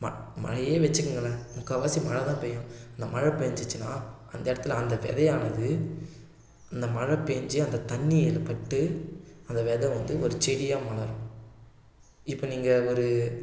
ம மழையே வச்சிக்கோங்களேன் முக்கால்வாசி மழைதான் பெய்யும் இந்த மழை பெஞ்சுச்சுன்னா அந்த இடத்துல அந்த விதையானது இந்த மழை பெஞ்சி அந்த தண்ணியில் பட்டு அந்த வித வந்து ஒரு செடியாக வளரும் இப்போ நீங்கள் ஒரு